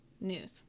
news